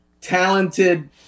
talented